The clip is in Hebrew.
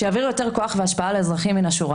שיעביר יותר כוח והשפעה לאזרחים מן השורה.